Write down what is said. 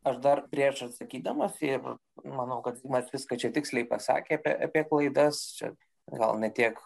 aš dar prieš atsakydamas ir manau kad zigmas viską čia tiksliai pasakė apie klaidas čia gal ne tiek